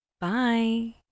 Bye